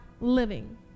living